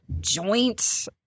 joint